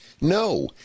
No